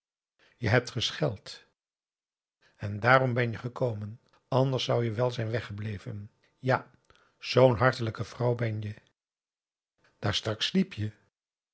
je hebt gescheld en daarom ben je gekomen anders zou je wel zijn weggebleven ja zoo'n hartelijke vrouw ben je daar straks sliep je